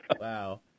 Wow